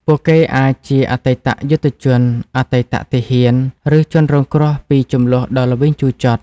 ពួកគេអាចជាអតីតយុទ្ធជន អតីតទាហាន ឬជនរងគ្រោះពីជម្លោះដ៏ល្វីងជូរចត់។